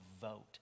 vote